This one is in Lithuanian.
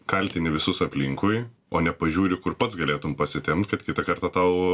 kaltini visus aplinkui o nepažiūri kur pats galėtum pasitempt kad kitą kartą tau